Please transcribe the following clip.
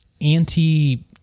anti